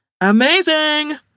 amazing